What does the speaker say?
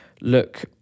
look